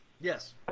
Yes